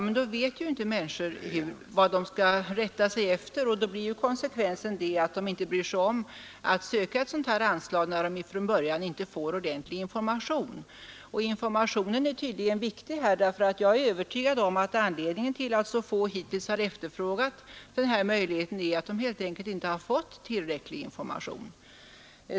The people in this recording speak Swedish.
Men då vet ju inte människor vad de skall rätta sig efter, och då blir konsekvensen att de inte bryr sig om att söka ersättning ur det här anslaget. Ordentlig information är tydligen viktig här, och jag är övertygad om att anledningen till att så få hittills har efterfrågat den här möjligheten är att de inte har fått tillräcklig information.